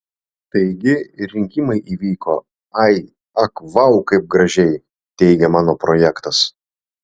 taigi ir rinkimai įvyko ai ak vau kaip gražiai teigia mano projektas